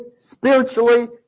spiritually